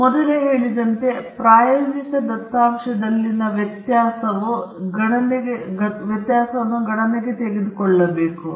ನಾನು ಮೊದಲೇ ಹೇಳಿದಂತೆ ಪ್ರಾಯೋಗಿಕ ದತ್ತಾಂಶದಲ್ಲಿನ ವ್ಯತ್ಯಾಸವು ಗಣನೆಗೆ ತೆಗೆದುಕೊಳ್ಳಬೇಕಾಗಿದೆ